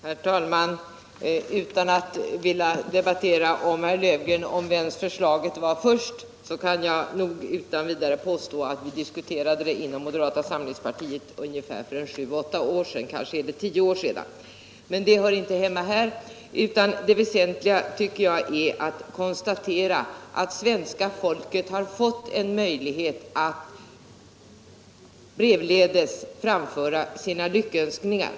Herr talman! Utan att vilja ta upp någon debatt med herr Löfgren om vems förslaget var från början kan jag utan vidare påstå att vi inom moderata samlingspartiet diskuterade detta förslag för sju, åtta eller kanske tio år sedan. Men den saken hör inte hemma här. Det väsentliga tycker jag är att svenska folket nu har fått en möjlighet att brevledes framföra sina lyckönskningar.